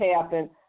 happen